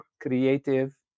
creative